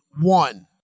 One